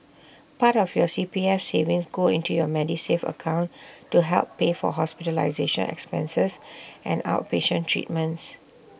part of your C P F savings go into your Medisave account to help pay for hospitalization expenses and outpatient treatments